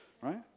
right